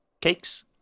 cakes